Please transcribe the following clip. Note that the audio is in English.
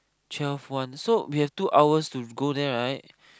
cheerful one so we have two hours to go there right